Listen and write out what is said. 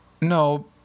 No